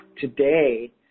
today